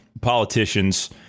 politicians